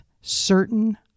certain